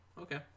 Okay